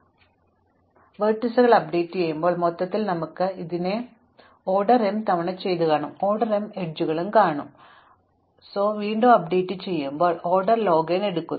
ഇപ്പോൾ നിലവിലെ ബേൺ വെർട്ടെക്സിനോട് ചേർന്നുള്ള വെർട്ടീസുകൾ അപ്ഡേറ്റുചെയ്യുമ്പോൾ മൊത്തത്തിൽ ഞങ്ങൾ ഇത് O m തവണ ചെയ്യുന്നു കാരണം O m അരികുകൾ കാരണം എന്നാൽ ഓരോ അപ്ഡേറ്റുകളും വീണ്ടും O log n എടുക്കുന്നു